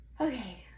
Okay